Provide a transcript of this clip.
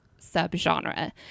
subgenre